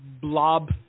blob